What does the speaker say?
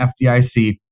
FDIC